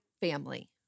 family